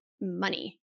money